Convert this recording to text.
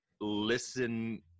listen